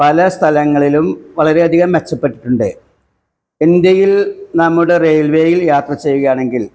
പല സ്ഥലങ്ങളിലും വളരെയധികം മെച്ചപ്പെട്ടിട്ടുണ്ട് ഇന്ത്യയിൽ നമ്മുടെ റെയിൽവേയിൽ യാത്ര ചെയ്യുകയാണെങ്കിൽ